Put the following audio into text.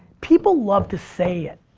people love to say it.